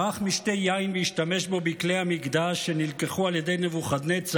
ערך משתה יין והשתמש בו בכלי המקדש שנלקחו על ידי נבוכדנצר